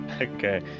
okay